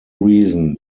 reason